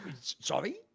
Sorry